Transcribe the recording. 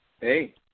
Hey